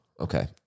Okay